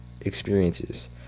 experiences